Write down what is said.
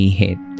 hit